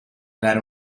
dare